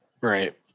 right